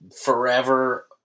forever